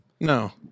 No